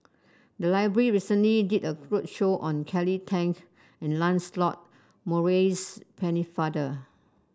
the library recently did a roadshow on Kelly Tang and Lancelot Maurice Pennefather